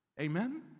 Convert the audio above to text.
Amen